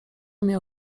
miał